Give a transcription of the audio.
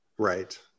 Right